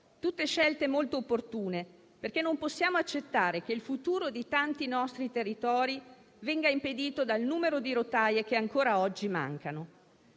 tutte scelte molto opportune, perché non possiamo accettare che il futuro di tanti nostri territori venga impedito dal numero di rotaie che ancora oggi mancano.